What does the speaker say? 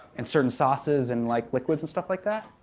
and certain sauces and like, liquids and stuff like that.